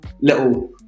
little